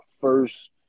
first